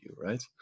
right